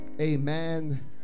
Amen